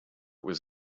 was